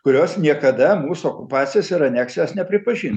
kurios niekada mūsų okupacijos ir aneksijos nepripažino